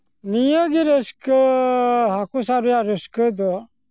ᱱᱤᱭᱟᱹ ᱜᱮ ᱨᱟᱹᱥᱠᱟᱹ ᱦᱟᱹᱠᱩ ᱥᱟᱵ ᱨᱮᱭᱟᱜ ᱨᱟᱹᱥᱠᱟᱹ ᱫᱚ